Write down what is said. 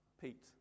Pete